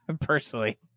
Personally